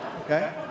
Okay